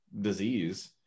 disease